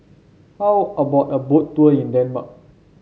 how about a Boat Tour in Denmark